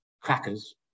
crackers